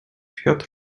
piotr